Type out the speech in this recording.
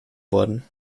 worden